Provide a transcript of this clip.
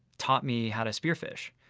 taught me how to spearfish,